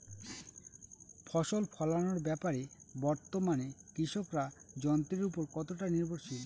ফসল ফলানোর ব্যাপারে বর্তমানে কৃষকরা যন্ত্রের উপর কতটা নির্ভরশীল?